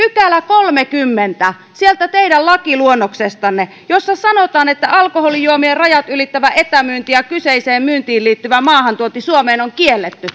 pykälä sieltä teidän lakiluonnoksestanne jossa sanotaan että alkoholijuomien rajat ylittävä etämyynti ja kyseiseen myyntiin liittyvä maahantuonti suomeen on kielletty